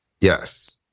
Yes